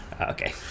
okay